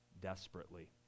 desperately